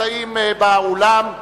הנמצאים באולם,